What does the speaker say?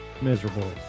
Miserable